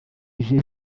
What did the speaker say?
bije